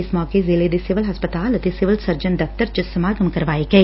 ਇਸ ਮੌਕੇ ਜ਼ਿਲ੍ਹੇ ਦੇ ਸਿਵਲ ਹਸਪਤਾਲ ਅਤੇ ਸਿਵਲ ਸਰਜਨ ਦਫ਼ਤਰ ਚ ਸਮਾਗਮ ਕਰਾਏ ਗਏ